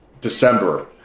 December